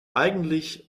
eigentlich